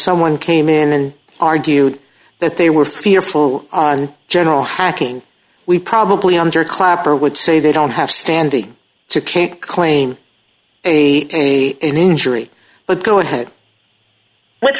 someone came in and argued that they were fearful on general hacking we probably under clapper would say they don't have standing to can't claim a injury but go ahead with